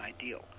ideal